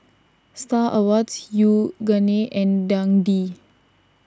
Star Awards Yoogane and Dundee